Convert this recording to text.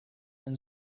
and